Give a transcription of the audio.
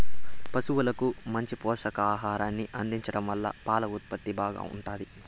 పసువులకు మంచి పోషకాహారాన్ని అందించడం వల్ల పాల ఉత్పత్తి బాగా ఉంటాది